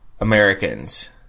Americans